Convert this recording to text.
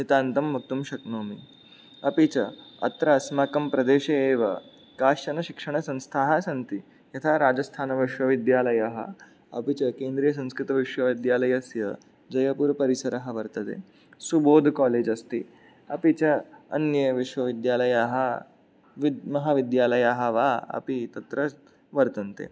नितान्तं वक्तुं शक्नोमि अपि च अत्र अस्माकं प्रदेशे एव काश्चन शिक्षणसंस्थाः सन्ति यथा राजस्थानविश्वविद्यालयः अपि च केन्द्रियसंस्कृतविश्वविद्यालयस्य जयपुर् परिसरः वर्तते सुबोध् कालेज् अस्ति अपि च अन्यविश्वविद्यालयाः महाविद्यालयाः वा अपि तत्र वर्तन्ते